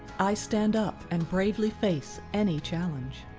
i stand up and bravely face any challenge.